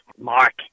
Mark